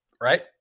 Right